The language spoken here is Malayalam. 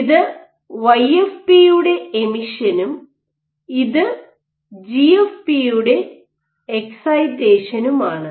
ഇത് വൈഎഫ്പി യുടെ എമിഷനും ഇത് ജി എഫ് പി യുടെ എക്സൈറ്റേഷനുമാണ്